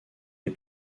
les